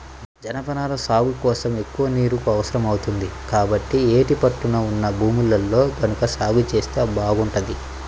జనపనార సాగు కోసం ఎక్కువ నీరు అవసరం అవుతుంది, కాబట్టి యేటి పట్టున ఉన్న భూముల్లో గనక సాగు జేత్తే బాగుంటది